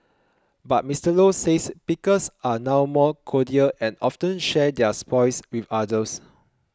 but Mister Low says pickers are now more cordial and often share their spoils with others